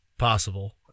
Possible